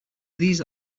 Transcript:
these